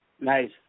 Nice